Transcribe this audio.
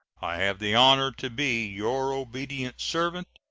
i have the honor to be, your obedient servant,